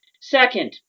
Second